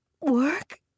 Work